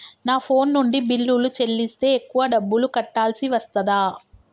నా ఫోన్ నుండి బిల్లులు చెల్లిస్తే ఎక్కువ డబ్బులు కట్టాల్సి వస్తదా?